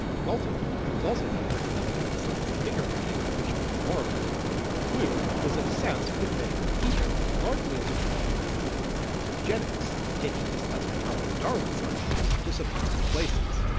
galton, who is also known for developing the science of fingerprinting, which you can learn more about in our video clue, was obsessed with measuring people, largely as a result of his belief in eugenics, taking his cousin charles darwin's ideas to some dark places.